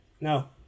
No